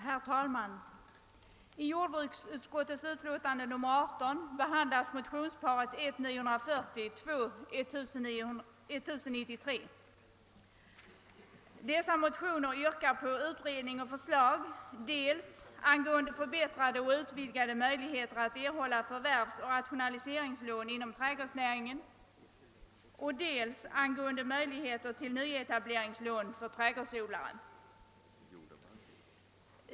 Herr talman! I jordbruksutskottets utlåtande nr 18 behandlas motionsparet I: 940 och II: 1093, i vilka yrkas på utredning och förslag dels angående förbättrade och utvidgade möjligheter att erhålla förvärvsoch rationaliseringslån inom trädgårdsnäringen, dels angående möjligheter till nyetableringslån för trädgårdsodlare.